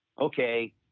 okay